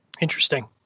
Interesting